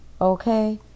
Okay